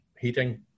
Heating